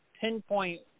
Pinpoint